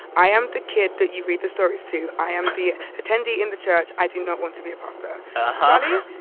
i am the kid that you read the stories to. i am the attendee in the church. i do not want to be a pastor uh-huh